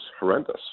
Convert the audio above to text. horrendous